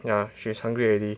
yeah she's hungry already